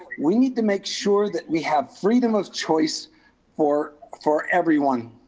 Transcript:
we need to make sure that we have freedom of choice for for everyone.